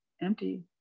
empty